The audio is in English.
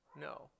no